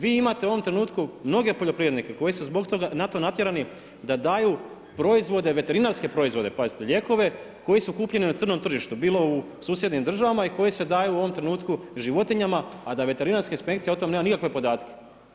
Vi imate u ovom trenutku mnoge poljoprivrednike koji su na to natjerani da daju proizvode, veterinarske proizvode pazite, lijekove, koji su kupljeni na crnom tržištu, bilo u susjednim državama i koje se daju u ovom trenutku životinjama a da veterinarske inspekcije o tome nemaju nikakve podatke.